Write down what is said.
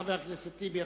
חבר הכנסת טיבי,